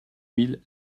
mille